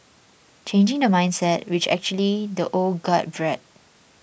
changing the mindset which actually the old guard bred